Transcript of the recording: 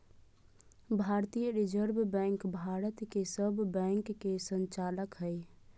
भारतीय reserve bank Bharat के सब बैंक के संचालक हइ